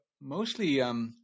mostly